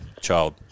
child